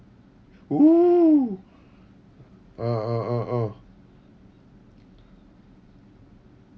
!woo! uh uh uh uh